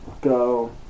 Go